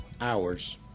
hours